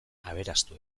aberastu